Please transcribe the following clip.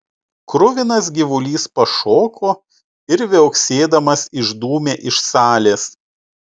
kruvinas gyvulys pašoko ir viauksėdamas išdūmė iš salės